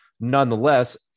Nonetheless